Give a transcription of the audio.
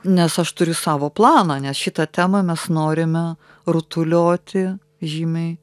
nes aš turiu savo planą nes šitą temą mes norime rutulioti žymiai